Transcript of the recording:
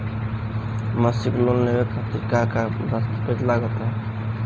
मसीक लोन लेवे खातिर का का दास्तावेज लग ता?